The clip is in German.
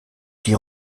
die